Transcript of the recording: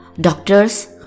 doctors